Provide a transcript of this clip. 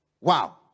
Wow